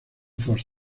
foster